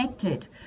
connected